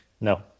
No